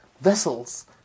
vessels